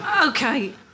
Okay